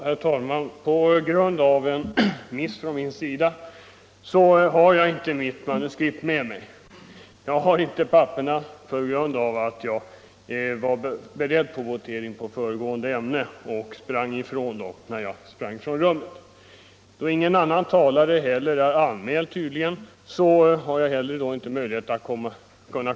Herr talman! På grund av att jag var inställd på att votering skulle företas i föregående ärende hann jag tyvärr inte ta med manuskriptet till detta anförande när jag sprang från mitt rum.